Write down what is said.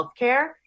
healthcare